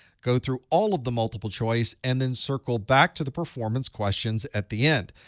go through all of the multiple choice, and then circle back to the performance questions at the end.